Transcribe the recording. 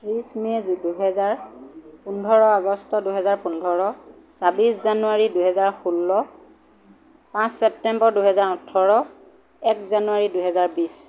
ত্ৰিছ মে' দুহেজাৰ পোন্ধৰ আগষ্ট দুহেজাৰ পোন্ধৰ চাব্বিছ জানুৱাৰী দুহেজাৰ ষোল্ল পাঁচ ছেপ্তেম্বৰ দুহেজাৰ ওঠৰ এক জানুৱাৰী দুহেজাৰ বিশ